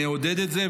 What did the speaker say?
נעודד את זה,